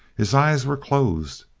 his eyes were closed.